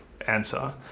answer